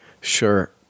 Sure